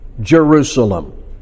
Jerusalem